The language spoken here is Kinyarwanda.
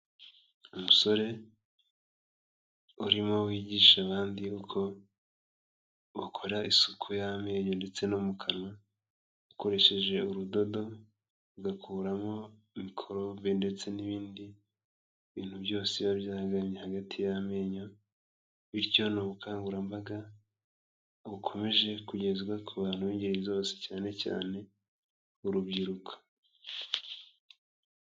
Umusore urimo wigisha abandi uko bakora isuku y'amenyo ndetse no mu kanwa, ukoresheje urudodo, ugakuramo mikorobe ndetse n'ibindi bintu byose biba byahagamye hagati y'amenyo, bityo ni ubukangurambaga bukomeje kugezwa ku bantu b'ingeri zose, cyane cyane urubyiruko.